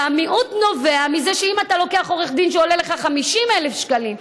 והמיעוט נובע מזה שאם אתה לוקח עורך דין שעולה לך 50,000 שקלים,